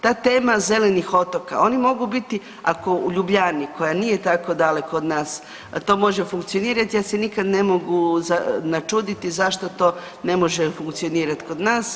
Ta tema zelenih otoka, oni mogu biti ako u Ljubljani koja nije tako daleko od nas, to može funkcionirat ja se nikad ne mogu načuditi zašto to ne može funkcionirat kod nas.